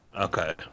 okay